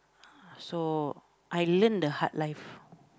so I learnt the hard life